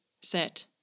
set